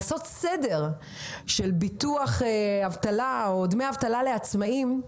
לעשות סדר בנושא של דמי אבטלה לעצמאים,